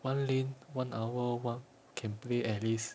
one lane one hour one can play at least